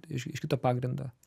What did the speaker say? iš iš kito pagrindo